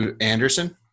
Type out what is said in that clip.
Anderson